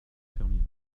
fermier